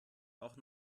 auch